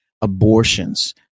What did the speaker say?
abortions